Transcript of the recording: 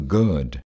good